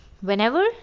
whenever